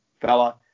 fella